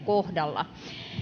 kohdalla